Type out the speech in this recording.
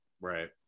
Right